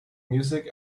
music